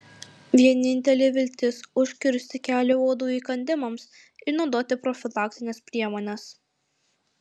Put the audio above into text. vienintelė viltis užkirsti kelią uodų įkandimams ir naudoti profilaktines priemones